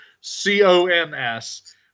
C-O-N-S